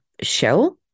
shell